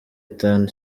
itanu